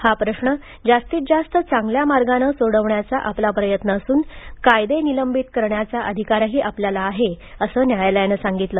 हा प्रश्न जास्तीत जास्त चांगल्या मार्गानं सोडवण्याचा आपला प्रयत्न असून कायदे निलंबित करण्याचा अधिकारही आपल्याला आहे असं न्यायालयानं सांगितलं